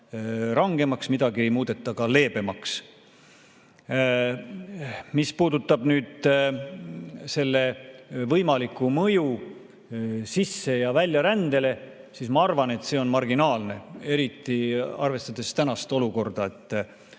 rangemaks, midagi ei muudeta ka leebemaks. Mis puudutab nüüd selle võimalikku mõju sisse‑ ja väljarändele, siis ma arvan, et see on marginaalne, eriti arvestades tänast olukorda.